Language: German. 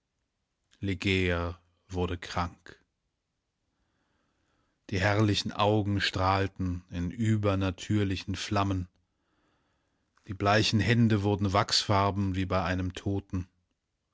wurde krank die herrlichen augen strahlten in übernatürlichen flammen die bleichen hände wurden wachsfarben wie bei einem toten